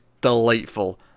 delightful